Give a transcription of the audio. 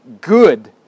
good